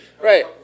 right